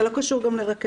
זה לא קשור גם לרקפת.